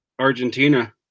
Argentina